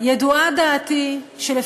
דעתי ידועה.